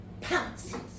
pounces